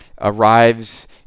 arrives